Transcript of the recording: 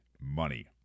money